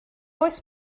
oes